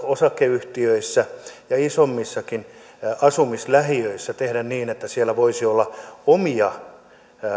osakeyhtiöissä ja isommissakin asumislähiöissä tehdä niin että siellä voisi olla omia